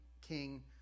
king